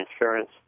insurance